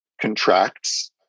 contracts